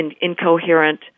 incoherent